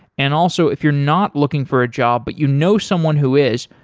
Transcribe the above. and also, if you're not looking for a job but you know someone who is,